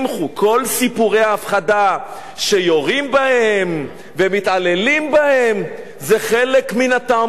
כל סיפורי ההפחדה שיורים בהם ומתעללים בהם זה חלק מן התעמולה.